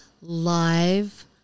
live